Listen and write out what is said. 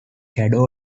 caddo